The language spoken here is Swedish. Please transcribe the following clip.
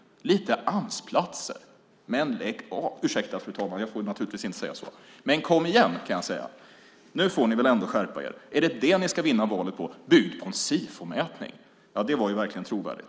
Lite Amsplatser! Men lägg av! Ursäkta, fru talman, jag får naturligtvis inte säga så. Kom igen, kan jag säga. Nu får ni väl ändå skärpa er. Är det detta ni ska vinna valet på, byggt på en Sifomätning? Det var ju verkligen trovärdigt.